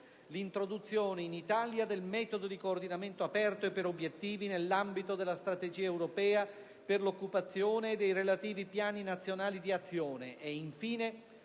l'introduzione in Italia del metodo di coordinamento aperto e per obiettivi nell'ambito della Strategia europea per l'occupazione e dei relativi piani nazionali di azione; infine,